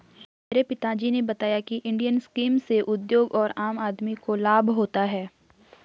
मेरे पिता जी ने बताया की इंडियन स्कीम से उद्योग और आम आदमी को लाभ होता है